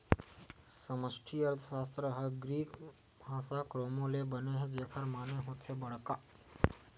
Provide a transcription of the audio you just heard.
समस्टि अर्थसास्त्र ह ग्रीक भासा मेंक्रो ले बने हे जेखर माने होथे बड़का